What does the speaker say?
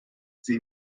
sie